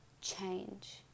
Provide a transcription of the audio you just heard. change